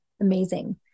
amazing